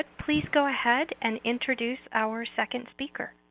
please go ahead and introduce our second speaker.